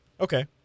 Okay